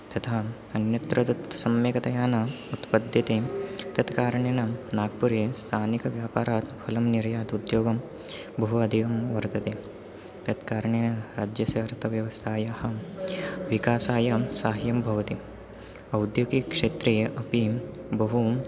तथा अन्यत्र तत् सम्यकतया न उत्पद्यते तत्कारणेन नाग्पुरे स्थानीयव्यापारात् फलं निर्यातः उद्योगं बहु अधिकं वर्तते तत्कारणेन राज्यस्य अर्थव्यवस्थायाः विकासे सहायं भवति औद्योगिक्षेत्रे अपि बहु